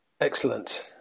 Excellent